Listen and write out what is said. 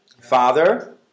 Father